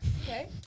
okay